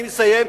אני כבר מסיים,